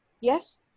yes